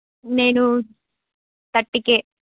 నేను థర్టీ కే